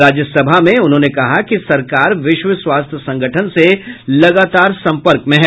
राज्यसभा में उन्होंने कहा कि सरकार विश्व स्वास्थ्य संगठन से लगातार संपर्क में है